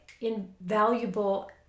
invaluable